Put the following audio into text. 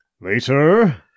Later